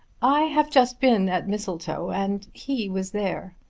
i have just been at mistletoe, and he was there.